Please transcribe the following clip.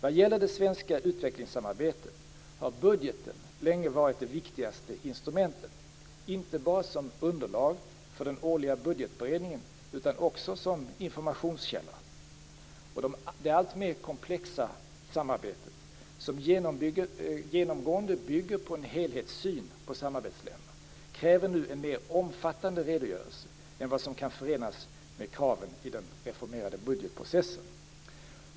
Vad gäller det svenska utvecklingssamarbetet har budgeten länge varit det viktigaste instrumentet, inte bara som underlag för den årliga budgetberedningen utan också som informationskälla. Det alltmer komplexa samarbetet, som genomgående bygger på en helhetssyn på samarbetsländerna, kräver nu en mer omfattande redogörelse än vad som kan förenas med kraven i den reformerade budgetprocessen.